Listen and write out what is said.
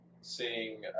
seeing